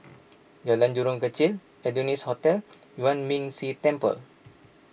Jalan Jurong Kechil Adonis Hotel Yuan Ming Si Temple